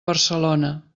barcelona